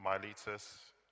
Miletus